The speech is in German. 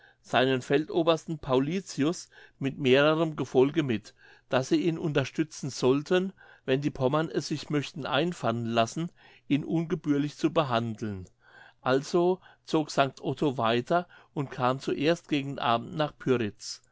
seinen feldobersten paulitius mit mehrerem gefolge mit daß sie ihn unterstützen sollten wenn die pommern es sich möchten einfallen lassen ihn ungebührlich zu behandeln also zog sanct otto weiter und kam zuerst gegen abend nach pyritz